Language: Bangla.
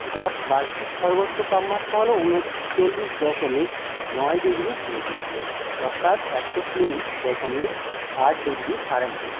গড় বার্ষিক সর্বোচ্চ তাপমাত্তা হলো উনচল্লিশ দশমিক নয় ডিগ্রি সেন্টিগ্রেড অর্থাৎ একশো তিন দশমিক আট ডিগ্রি ফারেনহাইট